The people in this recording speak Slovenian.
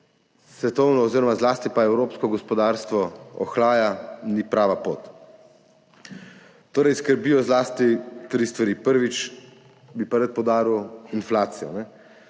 svetovno oziroma zlasti pa evropsko gospodarstvo ohlaja, ni prava pot. Torej skrbijo zlasti tri stvari. Prvič bi pa rad poudaril inflacijo.